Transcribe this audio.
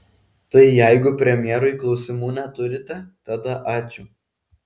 tai jeigu premjerui klausimų neturite tada ačiū